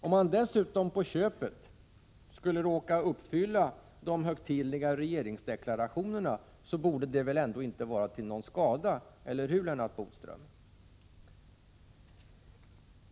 Om man dessutom på köpet skulle råka uppfylla de högtidliga regeringsdeklarationerna borde det väl ändå inte vara till någon skada — eller hur, Lennart Bodström?